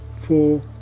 four